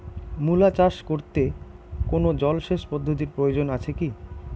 মূলা চাষ করতে কোনো জলসেচ পদ্ধতির প্রয়োজন আছে কী?